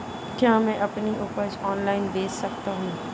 क्या मैं अपनी उपज ऑनलाइन बेच सकता हूँ?